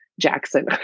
Jackson